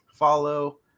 follow